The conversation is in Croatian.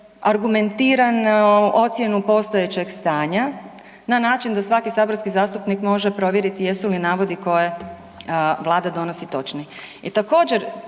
argumentiranu ocjenu postojećeg stanja na način da svaki saborski zastupnik može provjeriti jesu li navodi koje Vlada donosi točni.